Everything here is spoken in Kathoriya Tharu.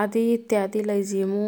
आदि इत्यादि लैजिमु।